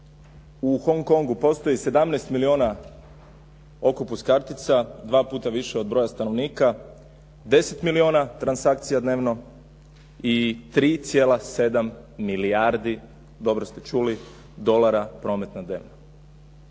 U Hong Kongu postoji 17 milijuna Octopus kartica, 2 puta više od broja stanovnika, 10 milijuna transakcija dnevno i 3,7 milijardi, dobro ste